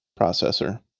processor